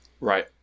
right